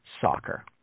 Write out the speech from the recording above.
soccer